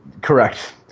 Correct